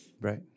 Right